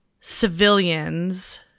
civilians